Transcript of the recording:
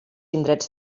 indrets